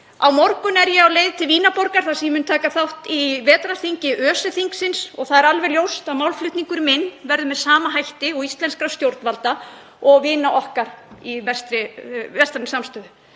Á morgun er ég á leið til Vínarborgar þar sem ég mun taka þátt í vetrarfundi ÖSE-þingsins og það er alveg ljóst að málflutningur minn verður í sama anda og íslenskra stjórnvalda og vina okkar í vestrænni samstöðu.